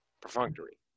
perfunctory